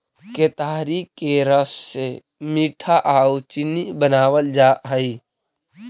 केतारी के रस से मीठा आउ चीनी बनाबल जा हई